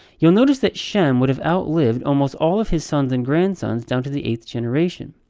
you'll notice that shem would have outlived almost all of his sons and grandsons, down to the eighth generation.